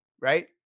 right